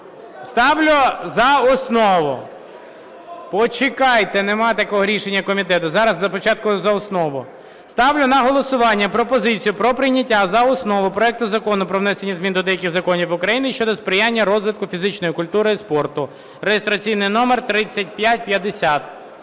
Ставлю за основу. Почекайте, нема такого рішення комітету, зараз спочатку за основу. Ставлю на голосування пропозицію про прийняття за основу проекту Закону про внесення змін до деяких законів України щодо сприяння розвитку фізичної культури і спорту (реєстраційний номер 3550).